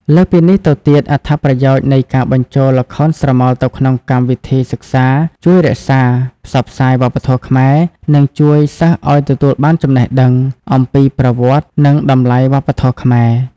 លើសពីនេះទៅទៀត អត្ថប្រយោជន៍នៃការបញ្ចូលល្ខោនស្រមោលទៅក្នុងកម្មវិធីសិក្សាជួយរក្សា ផ្សព្វផ្សាយវប្បធម៌ខ្មែរ និងជួយសិស្សឱ្យទទួលបានចំណេះដឹង អំពីប្រវត្តិ និងតម្លៃវប្បធម៌ខ្មែរ។